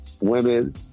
women